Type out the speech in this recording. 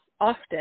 often